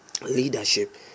leadership